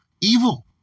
evil